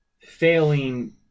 failing